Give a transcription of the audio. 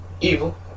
evil